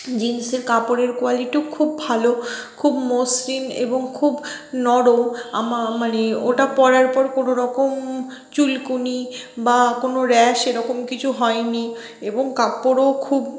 জিন্সের কাপড়ের কোয়ালিটিও খুব ভালো খুব মসৃণ এবং খুব নরম মানে ওটা পরার পর কোনো রকম চুলকুনি বা কোনো র্যাশ এরকম কিছু হয় নি এবং কাপড়ও খুব